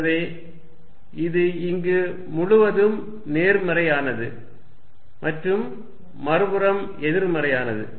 எனவே இது இங்கு முழுவதும் நேர்மறையானது மற்றும் மறுபுறம் எதிர்மறையானது